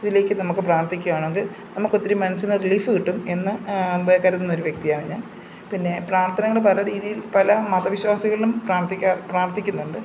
ഇതിലേക്ക് നമുക്ക് പ്രാർത്ഥിക്കുകയാണെങ്കിൽ നമുക്ക് ഒത്തിരി മനസ്സിനൊരു റിലീഫ് കിട്ടും എന്ന് അമ്പേ കരുതുന്ന ഒരു വ്യക്തിയാണ് ഞാൻ പിന്നെ പ്രാർത്ഥനകൾ പലരീതിയിൽ പല മതവിശ്വാസികളും പ്രാർത്ഥിക്കാർ പ്രാർത്ഥിക്കുന്നുണ്ട്